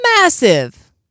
massive